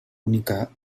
única